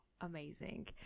amazing